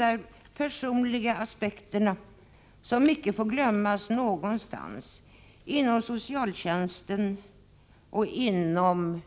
De personliga aspekterna får aldrig glömmas bort i något sammanhang inom socialtjänsten, inom